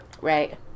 Right